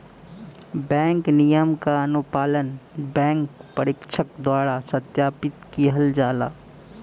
bank नियम क अनुपालन बैंक परीक्षक द्वारा सत्यापित किहल जाला